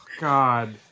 God